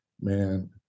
man